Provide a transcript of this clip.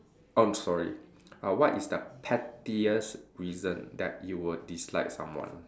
I'm sorry uh what is the pettiest reason that you will dislike someone